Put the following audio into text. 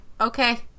okay